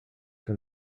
from